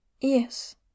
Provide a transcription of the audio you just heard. Yes